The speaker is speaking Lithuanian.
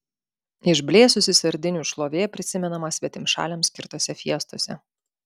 išblėsusi sardinių šlovė prisimenama svetimšaliams skirtose fiestose